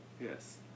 Yes